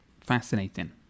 fascinating